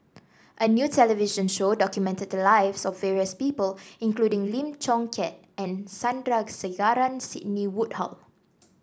a new television show documented the lives of various people including Lim Chong Keat and Sandrasegaran Sidney Woodhull